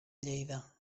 lleida